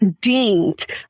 dinged